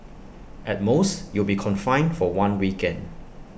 at most you'll be confined for one weekend